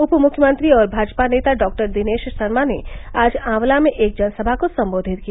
उप मुख्यमंत्री और भाजपा नेता डॉक्टर दिनेश शर्मा ने आज आंवला में एक जनसभा को सम्बोधित किया